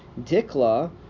Dikla